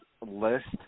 list